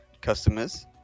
customers